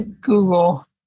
Google